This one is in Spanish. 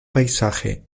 paisaje